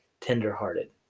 tenderhearted